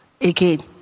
again